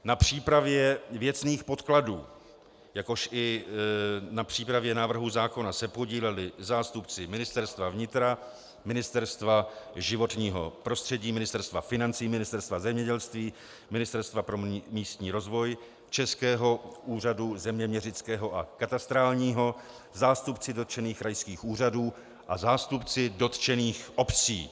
Na přípravě věcných podkladů, jakož i na přípravě návrhu zákona se podíleli zástupci Ministerstva vnitra, Ministerstva životního prostředí, Ministerstva financí, Ministerstva zemědělství, Ministerstva pro místní rozvoj, Českého úřadu zeměměřického a katastrálního, zástupci dotčených krajských úřadů a zástupci dotčených obcí.